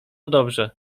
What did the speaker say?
dobrze